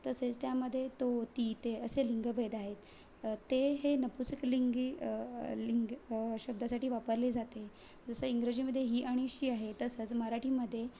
तसेच त्यामध्ये तो ती ते असे लिंगभेद आहेत ते हे नपुसक लिंगी लिंग शब्दासाठी वापरले जाते जसं इंग्रजीमध्ये ही आणि शी आहे तसंच मराठीमध्ये